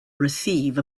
receive